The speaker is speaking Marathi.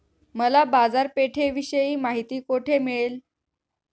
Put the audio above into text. मला बाजारपेठेविषयी माहिती कोठे मिळेल?